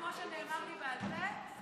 כמו שנאמר פה בעל פה,